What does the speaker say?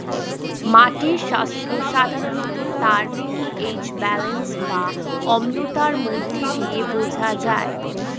মাটির স্বাস্থ্য সাধারণত তার পি.এইচ ব্যালেন্স বা অম্লতার মধ্য দিয়ে বোঝা যায়